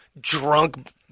drunk-